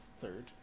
third